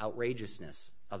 outrageousness of the